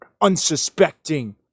unsuspecting